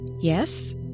yes